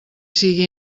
sigui